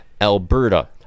Alberta